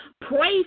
pray